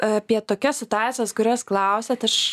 apie tokias situacijas kurias klausiat aš